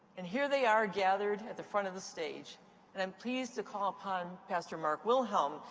and here they are gathered at the front of the stage and i'm pleased to call upon pastor mark wilhelm,